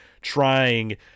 trying